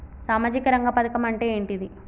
సామాజిక రంగ పథకం అంటే ఏంటిది?